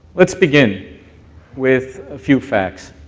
let's begin with a few facts.